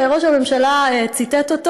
זה סקר שראש הממשלה ציטט אותו.